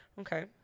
Okay